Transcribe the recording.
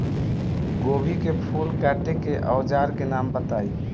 गोभी के फूल काटे के औज़ार के नाम बताई?